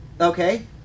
Okay